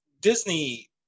Disney